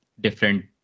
different